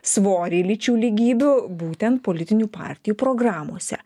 svorį lyčių lygybių būtent politinių partijų programose